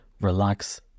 relax